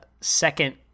second